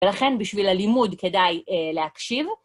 ולכן בשביל הלימוד כדאי להקשיב.